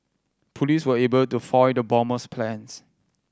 police were able to foil the bomber's plans